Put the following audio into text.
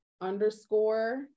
underscore